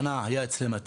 שנה התיק היה אצלם,